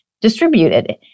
distributed